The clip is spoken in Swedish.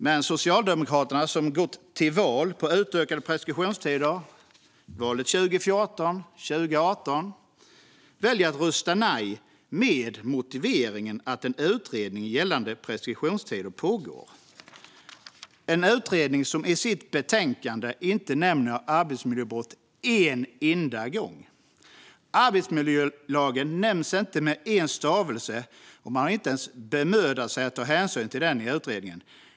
Men Socialdemokraterna, som gick till val på utökade preskriptionstider både 2014 och 2018, väljer att rösta nej med motiveringen att en utredning gällande preskriptionstider pågår - en utredning som i sitt betänkande inte nämner arbetsmiljöbrott en enda gång. Man nämner inte arbetsmiljölagen med en stavelse. Man har inte ens bemödat sig att ta hänsyn till den i utredningen.